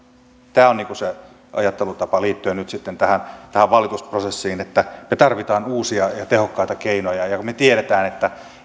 tämä on se ajattelutapa liittyen nyt sitten tähän tähän valitusprosessiin että me tarvitsemme uusia ja tehokkaita keinoja ja me tiedämme